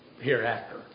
hereafter